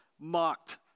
mocked